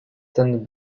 ten